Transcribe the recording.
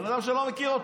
בן אדם שהוא לא מכיר אותו?